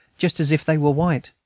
just as if they were white.